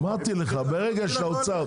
אמרתי לך, ברגע שהאוצר,